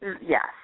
Yes